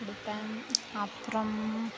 கொடுப்பேன் அப்புறம்